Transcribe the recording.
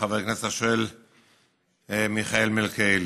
חבר הכנסת השואל מיכאל מלכיאלי,